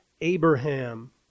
Abraham